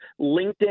LinkedIn